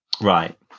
Right